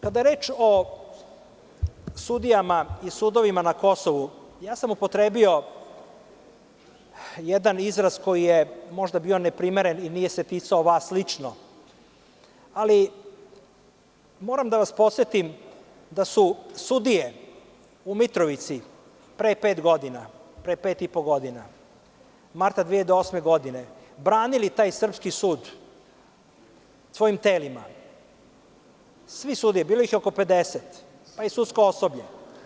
Kada je reč o sudijama i sudovima na Kosovu, upotrebio sam jedan izraz koji je možda bio neprimeren i nije se ticao vas lično, ali moram da vas podsetim da su sudije u Mitrovici pre pet i po godina, marta 2008. godine, branili taj srpski sud svojim telima, sve sudije, bilo ih je oko 50, pa i sudsko osoblje.